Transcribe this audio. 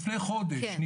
לפני חודש,